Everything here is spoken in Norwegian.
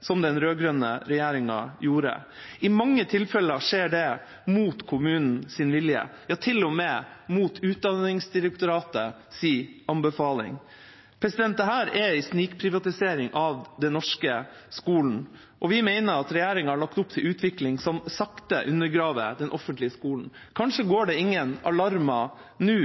som den rød-grønne regjeringa gjorde. I mange tilfeller skjer det mot kommunens vilje, til og med mot Utdanningsdirektoratets anbefaling. Dette er en snikprivatisering av den norske skolen, og vi mener regjeringa har lagt opp til en utvikling som sakte undergraver den offentlige skolen. Kanskje går det ingen alarmer nå,